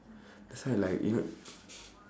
that's why like you know